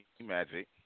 Magic